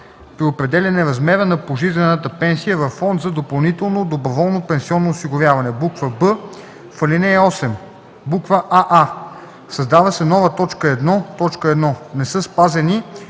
при определяне размера на пожизнената пенсия във фонд за допълнително доброволно пенсионно осигуряване.”; б) в ал. 8: аа) създава се нова т. 1: „1. не са спазени